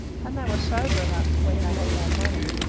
and they were sober enough when they had no money.